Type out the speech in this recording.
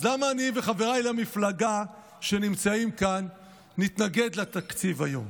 אז למה אני וחבריי למפלגה שנמצאים כאן נתנגד לתקציב היום?